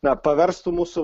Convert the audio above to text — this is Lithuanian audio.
na paverstų mūsų